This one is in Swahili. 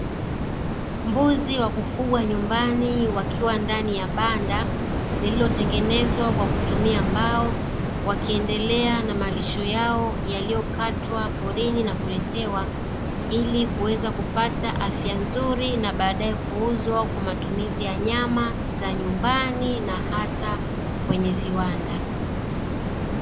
Mbuzi wa kufugwa nyumbani wakiwa ndani ya banda, lililotengenezwa kwa kutumia mbao, wakiendelea na malisho yao yaliyokatwa porini na kuletewa, ili kuweza kupata afya nzuri na baadaye kuuzwa kwa matumizi ya nyama za nyumbani na hata kwenye viwanda.